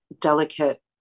delicate